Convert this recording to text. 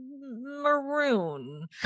maroon